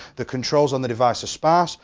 the controls on the device are sparse,